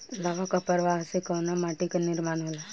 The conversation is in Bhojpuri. लावा क प्रवाह से कउना माटी क निर्माण होला?